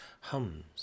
hums